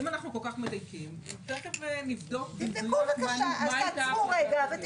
אם אנחנו כל כך מדייקים תכף נבדוק במדויק מה הייתה החלטת היו"ר.